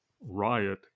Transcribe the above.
riot